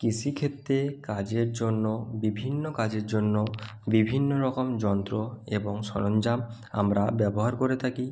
কৃষিক্ষেত্রে কাজের জন্য বিভিন্ন কাজের জন্য বিভিন্ন রকম যন্ত্র এবং সরঞ্জাম আমরা ব্যবহার করে থাকি